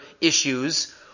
issues